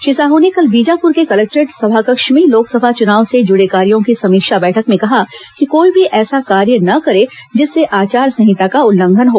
श्री साहू ने कल बीजापुर के कलेक्टोरेट सभाकक्ष में लोकसभा चुनाव से जुड़े कार्यो की समीक्षा बैठक में कहा कि कोई भी ऐसा कार्य न करे जिससे आचार संहिता का उल्लंघन हो